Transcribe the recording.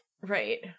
Right